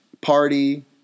party